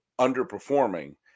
underperforming